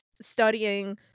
studying